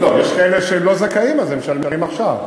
יש כאלה שהם לא זכאים, אז הם משלמים עכשיו.